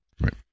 Right